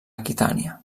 aquitània